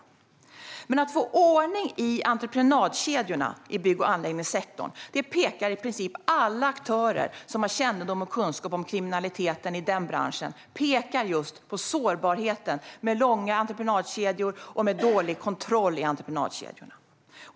När det gäller att få ordning i entreprenadkedjorna i bygg och anläggningssektorn pekar i princip alla aktörer som har kännedom och kunskap om kriminaliteten i den branschen på sårbarheten i långa entreprenadkedjor och dålig kontroll i entreprenadkedjorna.